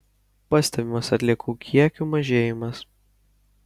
pastebimas atliekų kiekių mažėjimas